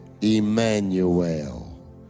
Emmanuel